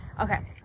Okay